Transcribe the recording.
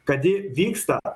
kad ji vyksta